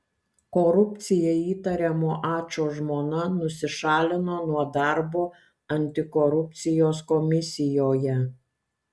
korupcija įtariamo ačo žmona nusišalina nuo darbo antikorupcijos komisijoje